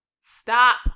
stop